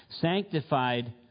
sanctified